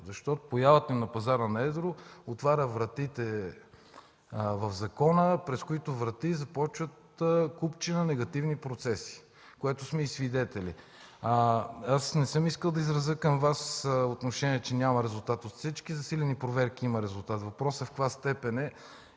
едро. Появата им на пазара на едро отваря вратите в закона, през които врати започват купчина негативни процеси, на което сме и свидетели. Не съм искал да изразя към Вас отношение, че няма резултат. От всички засилени проверки има резултат. Въпросът е в каква степен е